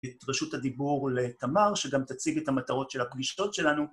את רשות הדיבור לתמר, שגם תציג את המטרות של הפגישות שלנו.